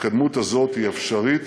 ההתקדמות הזאת היא אפשרית